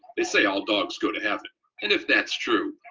they say all dogs go to heaven, and if that's true,